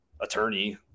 attorney